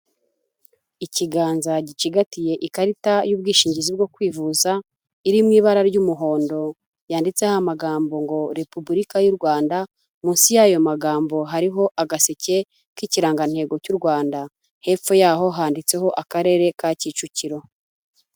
Ikiganza gicigatiye ikarita y'ubwishingizi bwo kwivuza iri mu ibara ry'umuhondo yanditseho amagambo ngo repubulika y'u Rwanda munsi y'ayo magambo hariho agaseke k'ikirangantego cy'u Rwanda hepfo yaho handitseho akarere ka Kicukiro.